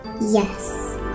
Yes